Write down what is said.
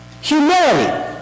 Humility